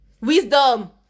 wisdom